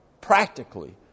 practically